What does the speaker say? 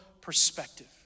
perspective